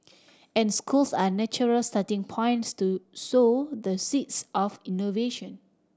and schools are natural starting points to sow the seeds of innovation